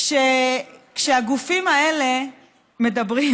כשהגופים האלה מדברים,